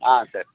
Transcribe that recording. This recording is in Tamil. ஆ சரி